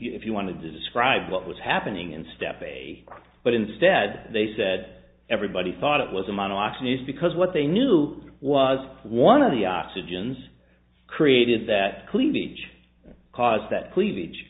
if you want to describe what was happening in step a but instead they said everybody thought it was a monologue news because what they knew was one of the oxygens created that cleavage caused that cleavage